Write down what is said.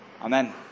Amen